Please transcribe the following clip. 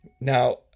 Now